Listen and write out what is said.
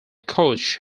coach